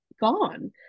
gone